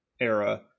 era